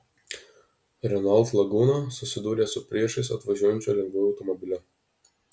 renault laguna susidūrė su priešais atvažiuojančiu lengvuoju automobiliu